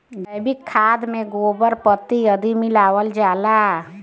जैविक खाद में गोबर, पत्ती आदि मिलावल जाला